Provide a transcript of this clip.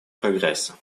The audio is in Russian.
прогресса